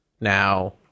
now